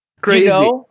crazy